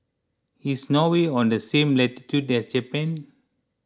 is Norway on the same latitude as Japan